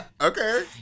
Okay